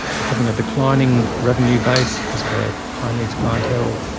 having a declining revenue base because of their high-needs clientele,